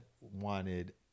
wanted